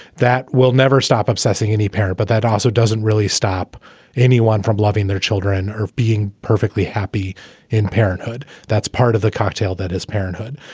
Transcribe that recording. that will never stop obsessing any parent. but that also doesn't really stop anyone from loving their children or being perfectly happy in parenthood. that's part of the cocktail. that is parenthood.